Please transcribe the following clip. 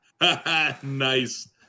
Nice